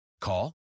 Call